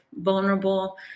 vulnerable